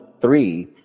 three